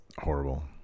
horrible